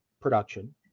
production